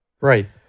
Right